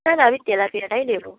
না না আমি তেলাপিয়াটাই নেবো